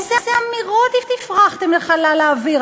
איזה אמירות הפרחתם לחלל האוויר?